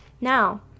Now